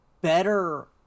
better